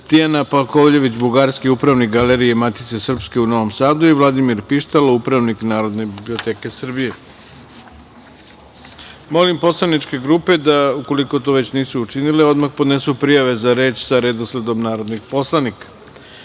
Tijana Palkovljević Bugarski, upravnik Galerije Matice Srpske u Novom Sadu, i Vladimir Pištalo, upravnik Narodne biblioteke Srbije. Molim poslaničke grupe da, ukoliko to već nisu učinile, odmah podnesu prijave za reč sa redosledom narodnih poslanika. Saglasno